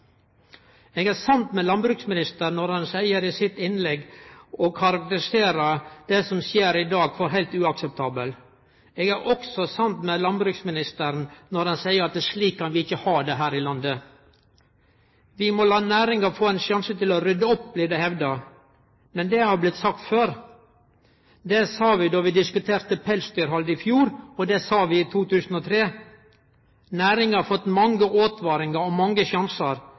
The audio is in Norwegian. Eg er samd med landbruksministeren når han i sitt innlegg karakteriserer det som skjer i dag, som heilt uakseptabelt. Eg er også samd med landbruksministeren når han seier at slik kan vi ikkje ha det her i landet. Vi må la næringa få ein sjanse til å rydde opp, blir det hevda, men det har blitt sagt før. Det sa vi då vi diskuterte pelsdyrhald i fjor, og det sa vi i 2003. Næringa har fått mange åtvaringar og mange sjansar,